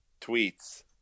tweets